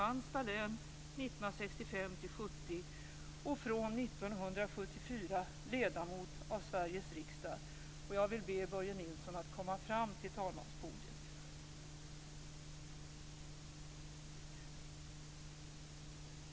Jag vänder mig nu till riksdagens ålderspresident - Sveriges riksdag. Jag ber Börje Nilsson att komma fram till talmanspodiet.